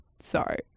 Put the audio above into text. Sorry